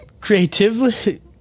Creatively